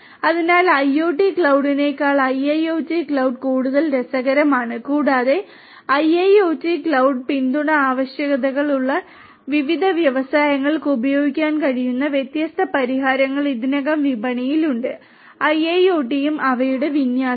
അതിനാൽ IoT ക്ലൌഡിനെക്കാൾ IIoT cloud കൂടുതൽ രസകരമാണ് കൂടാതെ IIoT യുടെ പിന്തുണ ആവശ്യകതകൾ ഉള്ള വിവിധ വ്യവസായങ്ങൾക്ക് ഉപയോഗിക്കാൻ കഴിയുന്ന വ്യത്യസ്ത പരിഹാരങ്ങൾ ഇതിനകം വിപണിയിൽ ഉണ്ട് ഐഒടിയും അവയുടെ വിന്യാസവും